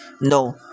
no